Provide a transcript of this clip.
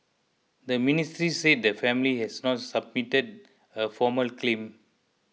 the ministry said the family has not submitted a formal claim